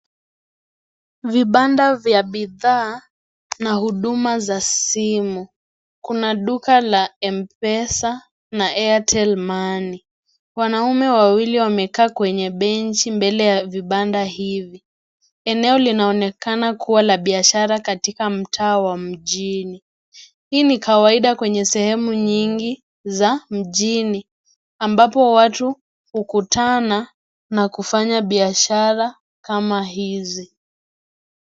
Vibanda vya bidhaa na huduma za simu. Kuna duka la mpesa na Airtelmoney. Wanaume wawili wamekaa kwenye benchi mbele ya vibanda hivi. Eneo linaonekana kuwa la biashara katika mtaa wa mjini. Hii ni kawaida kwenye sehemu nyingi za mjini, ambapo watu hukutana na kufanya biashara kama hizi.